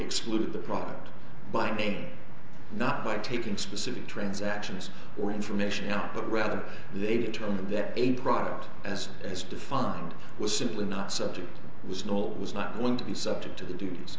exclude the product by may not by taking specific transactions or information out but rather they determine that a product as is defined was simply not subject was not was not willing to be subject to the duties